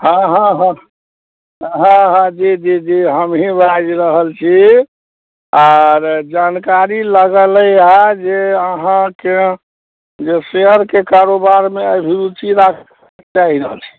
हाँ हाँ हाँ हाँ हाँ जी जी जी हमही बाजि रहल छी आर जानकारी लगलैए हाँ जे अहाँके जे शेयरके कारोबारमे अभिरूचि राखै चाही